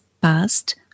past